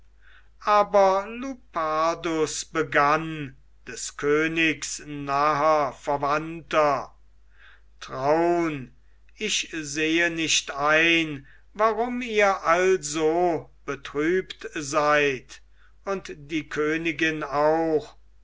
aber lupardus begann des königs naher verwandter traun ich sehe nicht ein warum ihr also betrübt seid und die königin auch